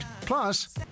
plus